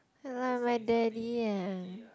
you like my daddy eh